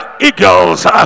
eagles